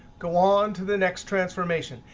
go on to the next transformation.